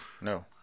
no